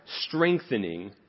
strengthening